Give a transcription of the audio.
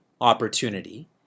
opportunity